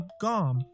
gom